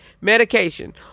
medication